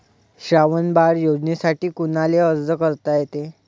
श्रावण बाळ योजनेसाठी कुनाले अर्ज करता येते?